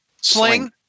Sling